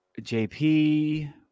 JP